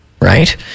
right